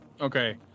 Okay